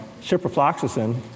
ciprofloxacin